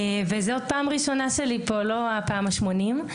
זאת הפעם הראשונה שלי פה, לא הפעם השמונים.